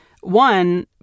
One